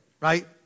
Right